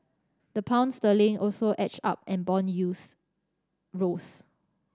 the pound sterling also edged up and bond yields rose